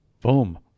boom